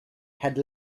had